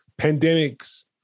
pandemics